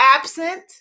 absent